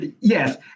yes